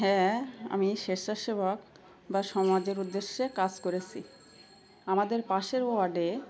হ্যাঁ আমি স্বেচ্ছা সেবক বা সমাজের উদ্দেশ্যে কাজ করেছি আমাদের পাশের ওয়ার্ডে